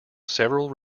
several